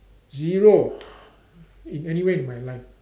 zero in anywhere in my life